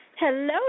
Hello